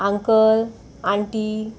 uncle aunty